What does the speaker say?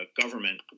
government